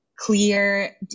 clear